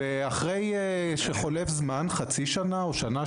אחרי שחולף זמן חצי שנה או שנה,